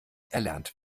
erlernt